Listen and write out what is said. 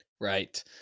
Right